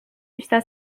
está